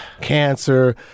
cancer